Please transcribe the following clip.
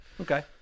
Okay